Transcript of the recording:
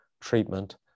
treatment